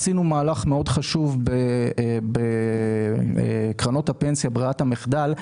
עשינו מהלך מאוד חשוב בקרנות הפנסיה בררת המחדל,